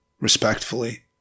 respectfully